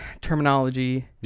terminology